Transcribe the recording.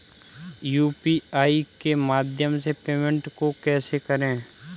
UPI के माध्यम से पेमेंट को कैसे करें?